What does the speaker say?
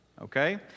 okay